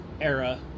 Era